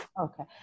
Okay